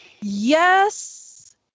yes